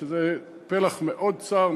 כי זה פלח מאוד צר,